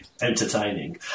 entertaining